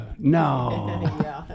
No